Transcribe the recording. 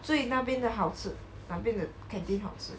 所以那边的好吃两边的 canteen 好吃